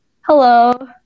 Hello